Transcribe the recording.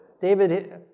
David